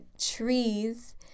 trees